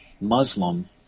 Muslim